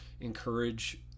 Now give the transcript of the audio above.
encourage